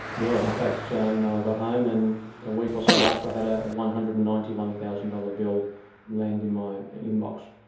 yeah in fact i yeah you know ah got home and a week or so after i had a one hundred and ninety one thousand dollars bill land in my inbox.